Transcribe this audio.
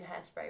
Hairspray